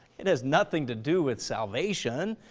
it has nothing to do with salvation.